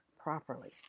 properly